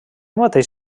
mateix